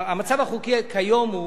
המצב החוקי כיום הוא